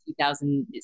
2000